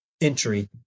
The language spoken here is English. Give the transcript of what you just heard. entry